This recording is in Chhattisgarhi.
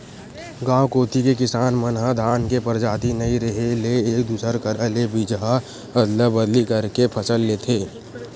गांव कोती के किसान मन ह धान के परजाति नइ रेहे ले एक दूसर करा ले बीजहा अदला बदली करके के फसल लेथे